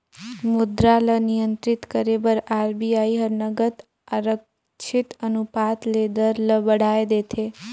मुद्रा ल नियंत्रित करे बर आर.बी.आई हर नगद आरक्छित अनुपात ले दर ल बढ़ाए देथे